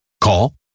Call